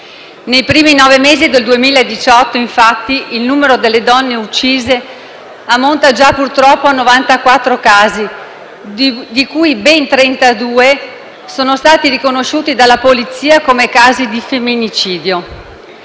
Nei primi nove mesi del 2018, infatti, il numero delle donne uccise ammonta già purtroppo a 94 casi, ben 32 dei quali sono stati riconosciuti dalla polizia come casi di femminicidio.